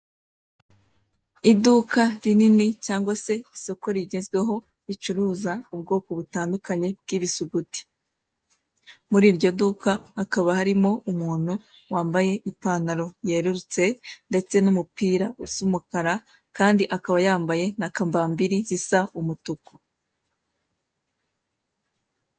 Iduka rinini cyangwa se isoko rigezweho ricuruza ubwoko butandukanye bw'ibisuguti. Muri iryo duka hakaba harimo umuntu wambaye ipantaro yererutse ndetse n'umupira usa umukara kandi akaba yambaye na kambambiri zisa umutuku.